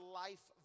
life